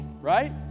right